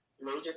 major